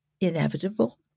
inevitable